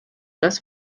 das